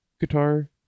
guitar